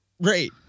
Right